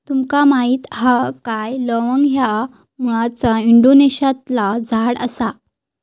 तुका माहीत हा काय लवंग ह्या मूळचा इंडोनेशियातला झाड आसा